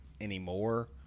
anymore